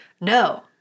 no